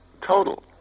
Total